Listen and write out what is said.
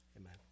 Amen